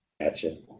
Gotcha